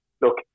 look